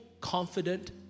confident